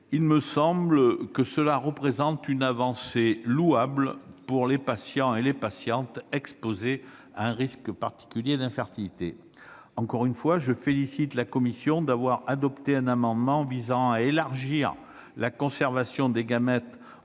Il me semble que cela représente une avancée louable pour les patients et les patientes exposés à un risque particulier d'infertilité. Encore une fois, je félicite la commission spéciale d'avoir adopté un amendement visant à élargir la conservation des gamètes